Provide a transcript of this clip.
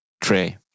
tray